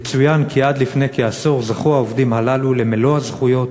יצוין כי עד לפני כעשור זכו העובדים הללו למלוא הזכויות,